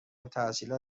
التحصیل